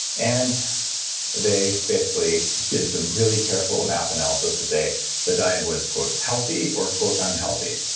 and they basically did some really careful math analysis to say the diet was healthy or unhealthy.